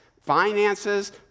finances